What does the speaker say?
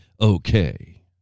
okay